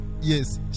Yes